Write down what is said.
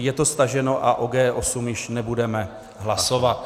Je to staženo a o G8 již nebudeme hlasovat.